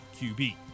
QB